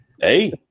Hey